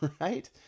right